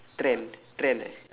trend trend eh